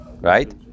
Right